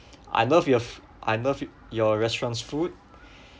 I love your foo~ I love you your restaurant's food